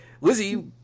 Lizzie